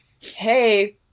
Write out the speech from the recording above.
hey